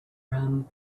rum